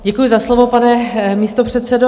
Děkuji za slovo, pane místopředsedo.